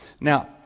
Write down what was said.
Now